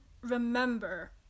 remember